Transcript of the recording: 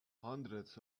hundreds